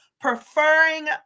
Preferring